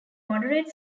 moderate